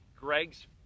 Greg's